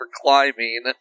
climbing